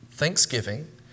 Thanksgiving